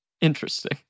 Interesting